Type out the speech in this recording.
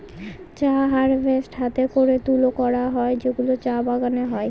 চা হারভেস্ট হাতে করে তুলে করা হয় যেগুলো চা বাগানে হয়